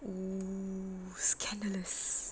oo scandalous